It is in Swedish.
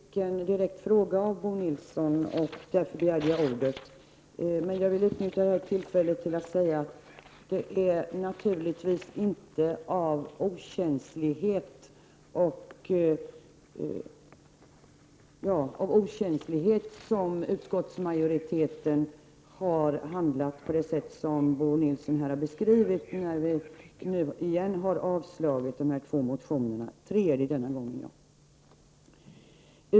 Herr talman! Jag fick en direkt fråga av Bo Nilsson, och därför begärde jag ordet. Jag vill utnyttja det här tillfället till att säga att det naturligtvis inte är av okänslighet som utskottsmajoriteten har handlat på det sätt som Bo Nilsson har beskrivit, när vi nu återigen har avstyrkt motionerna.